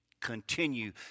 continue